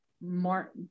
more